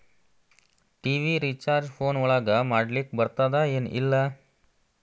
TV recharge phone ಒಳಗ ಮಾಡ್ಲಿಕ್ ಬರ್ತಾದ ಏನ್ ಇಲ್ಲ?